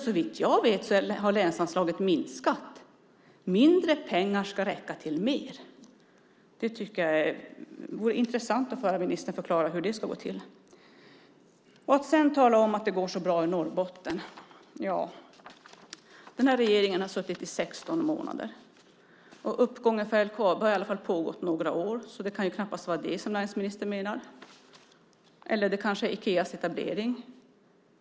Såvitt jag vet har länsanslaget minskat. Mindre pengar ska räcka till mer. Det vore intressant att höra ministern förklara hur det ska gå till. Man talar om att det går så bra i Norrbotten. Den här regeringen har suttit i 16 månader. Uppgången för LKAB har pågått i några år. Det kan knappast vara det som näringsministern menar. Det kanske är Ikeas etablering.